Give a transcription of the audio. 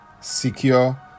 secure